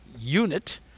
Unit